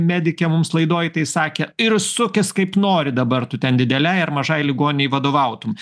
medikė mums laidoj tai sakė ir sukis kaip nori dabar tu ten didelei ar mažai ligoninei vadovautum